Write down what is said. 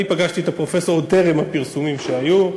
אני פגשתי את הפרופסור טרם הפרסומים שהיו.